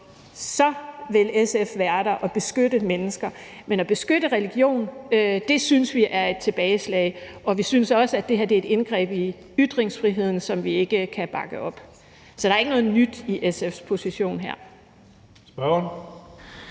vil SF være der og beskytte dem. Men at beskytte religion synes vi er et tilbageslag, og vi synes også, at det her er et indgreb i ytringsfriheden, og det kan vi ikke bakke op om. Så der er ikke noget nyt i SF's position her.